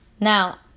Now